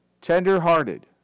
tender-hearted